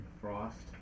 frost